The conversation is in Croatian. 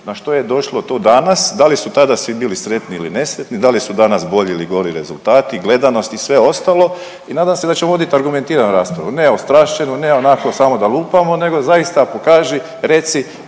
na što je došlo to danas, da li su tada svi bili sretni ili nesretni, da li su danas bolji ili gori rezultati, gledanost i sve ostalo i nadam se da će vodit argumentiranu raspravu, neostrašćenu ne onako samo da lupamo nego zaista pokaži, reci